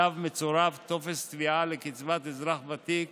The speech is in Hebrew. ואליו מצורף טופס תביעה לקצבת אזרח ותיק